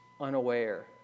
unaware